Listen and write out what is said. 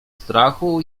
strachu